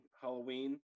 Halloween